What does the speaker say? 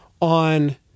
On